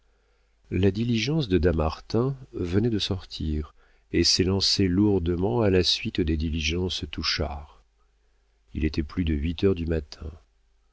la diligence de dammartin venait de sortir et s'élançait lourdement à la suite des diligences touchard il était plus de huit heures du matin